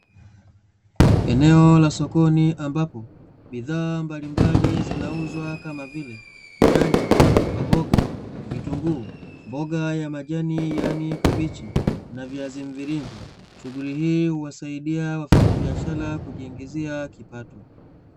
Eneo la sokoni ambapo bidhaa mbalimbali zinauzwa, kama vile: nyanya, maboga, vitunguu, mboga ya majani, yaani kabichi, na viazi mviringo. Shughuli hii huwasaidia wafanyabiashara kujiingizia kipato.